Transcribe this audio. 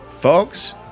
Folks